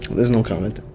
there's no comment